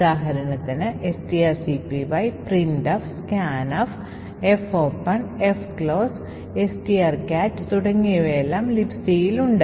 ഉദാഹരണത്തിന് strcpy printf scanf fopen fclose strcat തുടങ്ങിയവയെല്ലാം Libcയിൽ ഉണ്ട്